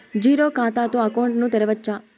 Zero ఖాతా తో account ను తెరవచ్చా?